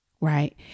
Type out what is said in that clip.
right